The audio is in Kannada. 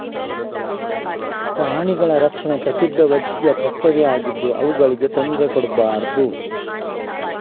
ಪ್ರಾಣಿಗಳ ರಕ್ಷಣೆ ಪ್ರತಿಯೊಬ್ಬ ವ್ಯಕ್ತಿಯ ಕರ್ತವ್ಯ ಆಗಿದ್ದು ಅವುಗಳಿಗೆ ತೊಂದ್ರೆ ಕೊಡ್ಬಾರ್ದು